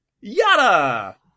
yada